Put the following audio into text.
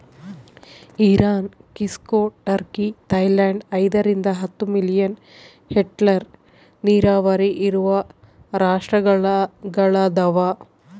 Iran ಕ್ಸಿಕೊ Turkey Thailand ಐದರಿಂದ ಹತ್ತು ಮಿಲಿಯನ್ ಹೆಕ್ಟೇರ್ ನೀರಾವರಿ ಇರುವ ರಾಷ್ಟ್ರಗಳದವ